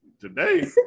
today